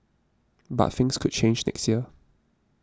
but things could change next year